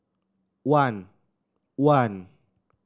one one